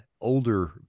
older